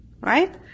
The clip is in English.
right